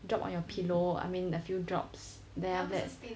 drop on your pillow I mean a few drops then after that